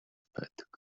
байдаг